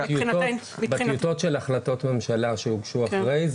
מבחינתנו --- בטיוטות של החלטות ממשלה שהוגשו אחרי,